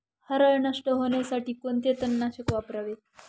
हरळ नष्ट होण्यासाठी कोणते तणनाशक वापरावे?